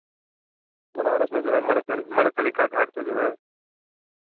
बनारस में जो है मणिकर्णि मणिकर्णिका घाट पे जो है